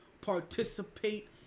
participate